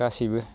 गासैबो